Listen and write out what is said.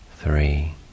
three